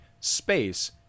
space